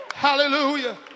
Hallelujah